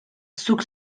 zuk